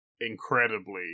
incredibly